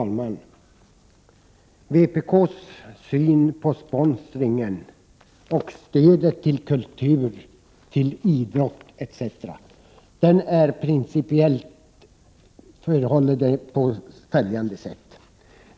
Herr talman! Vpk ser på följande sätt på sponsringen och stödet till kultur, till idrott etc.